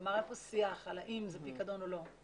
כלומר, אין כאן שיח על האם זה פיקדון או לא.